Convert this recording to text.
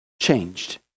changed